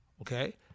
okay